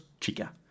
Chica